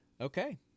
Okay